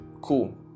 cool